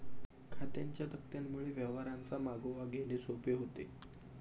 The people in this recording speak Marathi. खात्यांच्या तक्त्यांमुळे व्यवहारांचा मागोवा घेणे सोपे होते